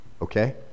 okay